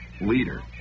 leader